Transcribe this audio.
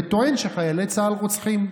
וטוען שחיילי צה"ל רוצחים.